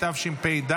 התשפ"ד